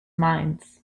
minds